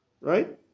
Right